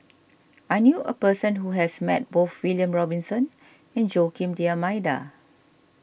I knew a person who has met both William Robinson and Joaquim D'Almeida